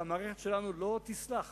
שהמערכת שלנו לא תסלח